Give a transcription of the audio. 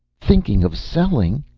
thinking of selling